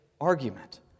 argument